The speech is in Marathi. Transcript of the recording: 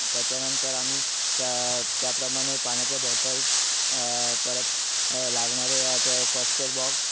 त्याच्यानंतर आम्ही त्या त्याप्रमाणे पाण्याच्या बॉटल्स परत लागणारे त्या फस्टएड बॉक्स